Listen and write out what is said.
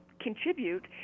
contribute